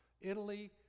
Italy